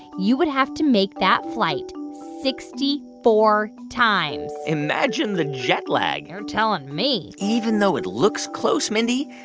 you would have to make that flight sixty four times imagine the jet lag you're telling me even though it looks close, mindy,